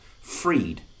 freed